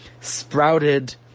sprouted